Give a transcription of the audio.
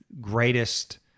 greatest